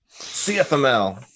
CFML